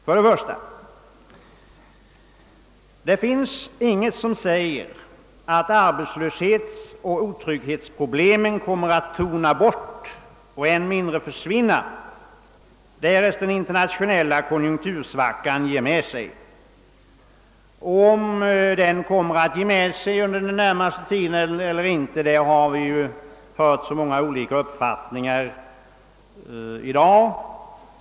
För det första: Det finns ingenting som säger att arbetslöshetsoch otrygghetsproblemen kommer att tona bort och än mindre försvinna, därest den internationella konjunktursvackan sger med sig. Vi har i dag hört många olika uppfattningar om huruvida den kommer att göra det under den närmaste tiden eller inte.